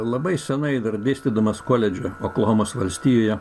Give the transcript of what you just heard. labai senai dar dėstydamas koledže oklahomos valstijoje